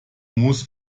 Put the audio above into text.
muß